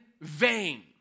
vain